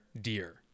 deer